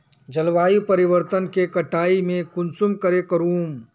जलवायु परिवर्तन के कटाई में कुंसम करे करूम?